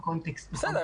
הקודם.